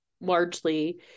largely